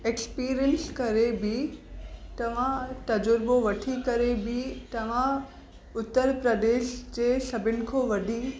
experience करे बि तव्हां तज़ुर्बो वठी करे बि तव्हां उत्तर प्रदेश जे सभिनि खां वॾी